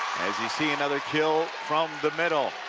as you see anotherkill from the middle.